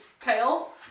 pale